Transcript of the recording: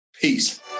peace